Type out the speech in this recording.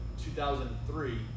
2003